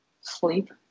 sleep